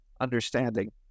understanding